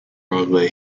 broadway